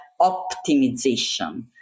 optimization